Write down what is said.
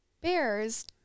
bears